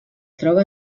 troba